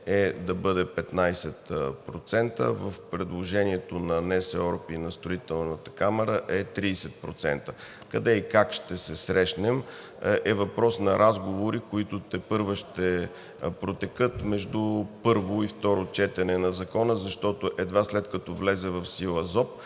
е да бъде 15%, в предложението на НСОР и на Строителната камара е 30%. Къде и как ще се срещнем, е въпрос на разговори, които тепърва ще протекат между първо и второ четене на Закона, защото едва след като влезе в сила ЗОП,